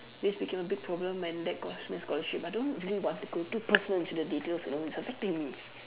this became a big problem and that cost me a scholarship I don't really want to go too personal into the details you know it's affecting me